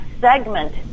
segment